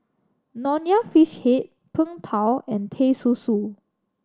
Nonya Fish Head Png Tao and Teh Susu